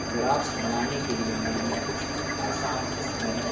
graphs بنانے کے لیے میں نے کچھ آسان تصویریں